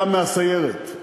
ינון מגל, הוא גם מהסיירת.